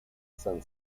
san